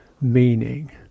meaning